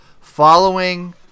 following